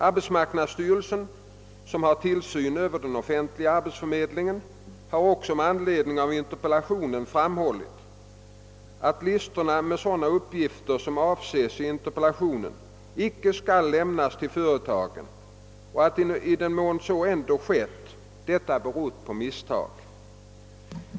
Arbetsmarknadsstyrelsen, som har tillsyn över den offentliga arbetsförmedlingen, har också med anledning av interpellationen framhållit att listor med sådana uppgifter som avses i interpellationen inte skall lämnas till företagen och att, i den mån så ändå skett, detta berott på misstag.